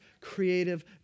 creative